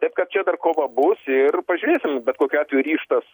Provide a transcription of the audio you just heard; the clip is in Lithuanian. taip kad čia dar kova bus ir pažiūrėsim bet kokiu atveju ryžtas